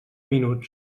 minuts